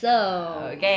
alright